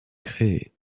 créée